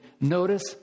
Notice